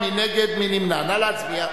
להצביע.